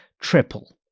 triple